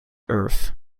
earth